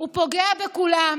הוא פוגע בכולם,